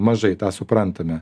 mažai tą suprantame